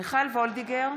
מיכל וולדיגר,